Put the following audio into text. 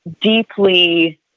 deeply